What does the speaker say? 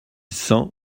cent